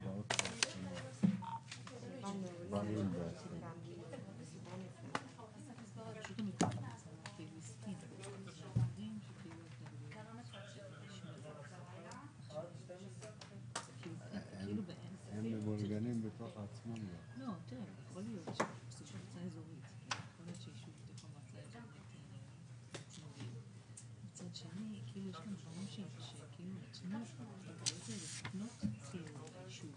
11:29.